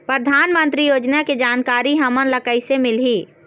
परधानमंतरी योजना के जानकारी हमन ल कइसे मिलही?